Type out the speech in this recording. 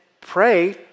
pray